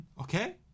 okay